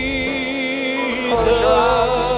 Jesus